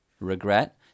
regret